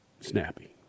snappy